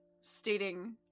stating